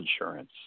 insurance